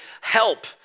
help